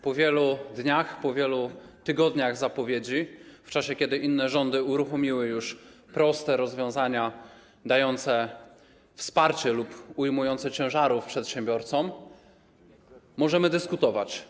Po wielu dniach, po wielu tygodniach zapowiedzi, w czasie, kiedy inne rządy uruchomiły już proste rozwiązania dające wsparcie lub ujmujące ciężarów przedsiębiorcom, możemy dyskutować.